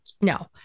No